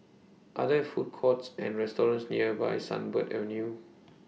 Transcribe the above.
Are There Food Courts and restaurants nearby Sunbird Avenue